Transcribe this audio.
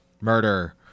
murder